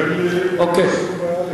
אין לי שום בעיה.